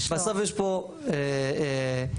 בסוף יש פה --- זה לא איזה חוק פרטי,